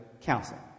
counsel